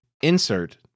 insert